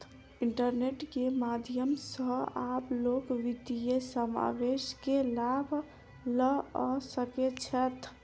internet के माध्यम सॅ आब लोक वित्तीय समावेश के लाभ लअ सकै छैथ